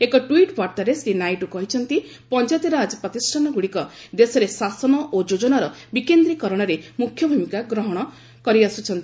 ଏକ ଟ୍ୱିଟ୍ ବାର୍ତ୍ତାରେ ଶ୍ରୀ ନାଇଡ଼ କହିଛନ୍ତି ପଞ୍ଚାୟତିରାଜ ପ୍ରତିଷ୍ଠାନଗ୍ରଡ଼ିକ ଦେଶରେ ଶାସନ ଓ ଯୋଜନାର ବିକେନ୍ଦ୍ରୀକରଣରେ ମୁଖ୍ୟ ଭୂମିକା ଗ୍ରହଣ କରିଆସୁଛନ୍ତି